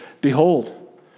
Behold